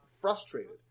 frustrated